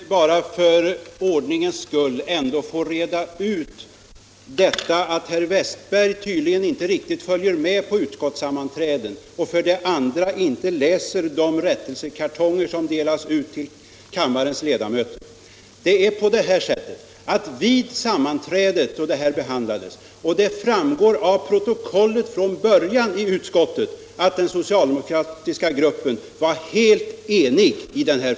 Herr talman! Låt mig bara för ordningens skull få reda ut att herr Westberg i Ljusdal för det första tydligen inte riktigt följer med på utskottssammanträden och för det andra inte läser de rättelsekartonger som delas ut till kammarens ledamöter. Vid det sammanträde då frågan behandlades — och det framgår av protokollet i utskottet — var den socialdemokratiska gruppen från början helt enig i denna fråga.